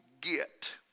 get